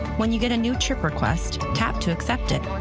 when you get a new trip request, tap to accept it.